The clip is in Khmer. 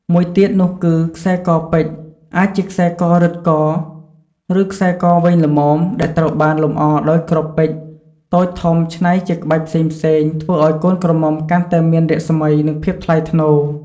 មួយទៀតនោះគឺ ខ្សែកពេជ្រអាចជាខ្សែករឹតក ឬខ្សែកវែងល្មម ដែលត្រូវបានលម្អដោយគ្រាប់ពេជ្រតូចធំច្នៃជាក្បាច់ផ្សេងៗ ធ្វើឲ្យកូនក្រមុំកាន់តែមានរស្មី និងភាពថ្លៃថ្នូរ។